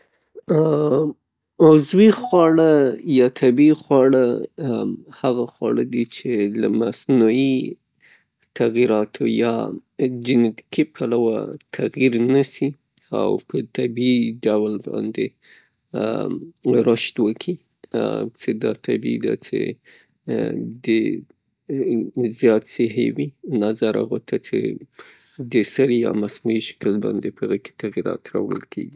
عضوي خواړه یا طبعي خواړه هغه خواړه دي چه د مصنوعي تغییراتو یا جنیتیکي پلوه تغییر نسي او په طبعي ډول باندې رشد وکړي. څې دا طبعي ده څې د زیات صحي وي نظر هغو ته څه د سر یا مصنوعی شکل هغو کې تغییرات راوړل کیږي.